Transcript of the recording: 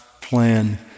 plan